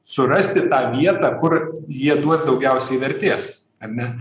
surasti tą vietą kur jie duos daugiausiai vertės ar ne